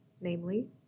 namely